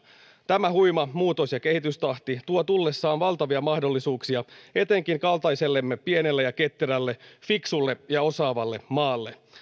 tämä huima muutos ja kehitystahti tuo tullessaan valtavia mahdollisuuksia etenkin kaltaisellemme pienelle ja ketterälle fiksulle ja osaavalle maalle